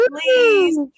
please